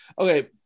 okay